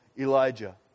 Elijah